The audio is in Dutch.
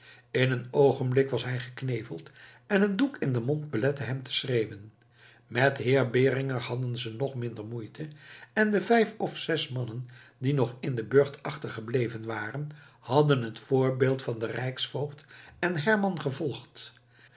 in een oogenblik was hij gekneveld en een doek in den mond belette hem het schreeuwen met heer beringer hadden ze nog minder moeite en de vijf of zes mannen die nog in den burcht achtergebleven waren hadden het voorbeeld van den rijksvoogd en herman gevolgd